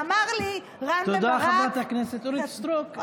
ואמר לי רם בן ברק, תודה, חברת הכנסת אורית סטרוק.